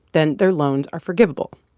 then their loans are forgivable.